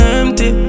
empty